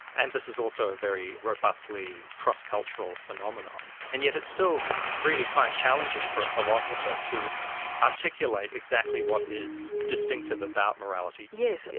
and this is also a very robustly cross-cultural phenomenon. and yet it's still really quite challenging for a philosopher to articulate exactly what is distinctive about morality. yes,